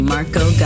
Marco